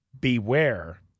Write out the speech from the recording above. Beware